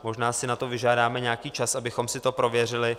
Možná si na to vyžádáme nějaký čas, abychom si to prověřili.